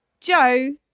Joe